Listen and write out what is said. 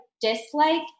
dislike